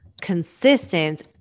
consistent